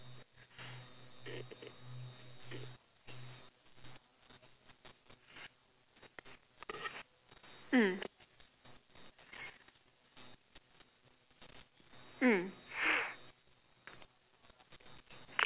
mm mm